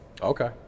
Okay